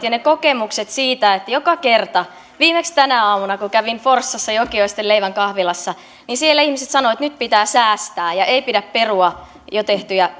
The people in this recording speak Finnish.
ja kokemukset siitä että joka kerta viimeksi tänä aamuna kun kävin forssassa jokioisten leivän kahvilassa ihmiset sanovat että nyt pitää säästää ja ei pidä perua jo tehtyjä